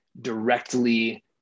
directly